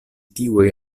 tiuj